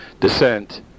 descent